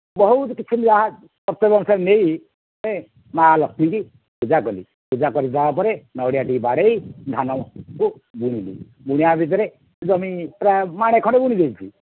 ବହୁତ କିଛି ଯାହା ପ୍ରତିବର୍ଷ ନେଇ ମାଆ ଲକ୍ଷ୍ମୀଙ୍କୁ ପୂଜା କଲି ପୂଜା କରିସାରିବା ପରେ ନଡ଼ିଆଟି ବାଡ଼େଇ ଧାନକୁ ବୁଣିଲି ବୁଣିବା ଭିତରେ ଜମି ପ୍ରାୟ ମାଣେ ଖଣ୍ଡେ ବୁଣି ଦେଇଛି